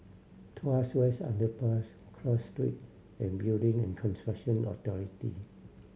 Tuas West Underpass Cross Street and Building and Construction Authority